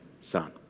Son